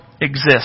exist